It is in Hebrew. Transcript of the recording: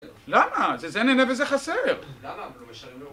למה? זה זה נהנה וזה חסר